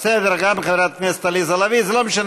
גם אני,